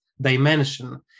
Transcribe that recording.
dimension